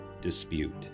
Dispute